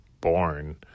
born